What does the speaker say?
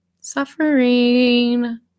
suffering